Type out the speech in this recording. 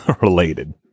related